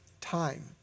time